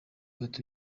mata